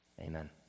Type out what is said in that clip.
Amen